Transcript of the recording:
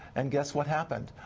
and guess what happened?